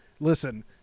listen-